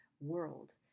world